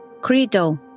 Credo